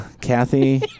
Kathy